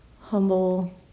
humble